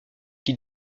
qui